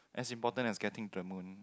as important as getting to the moon